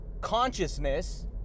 consciousness